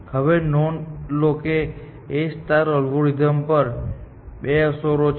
હવે નોંધ લો કે A એલ્ગોરિધમ પર 2 અસરો છે